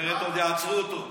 לא, לא, אחרת עוד יעצרו אותו.